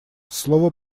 слово